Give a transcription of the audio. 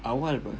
awal [pe]